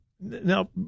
Now